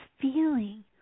feeling